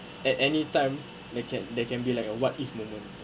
at anytime they can they can be like a what if moment